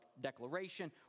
declaration